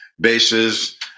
bases